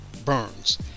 Burns